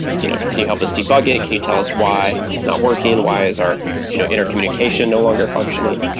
you know can you help us debug it? can you tell us why it's not working? why is our you know intercommunication no longer functioning?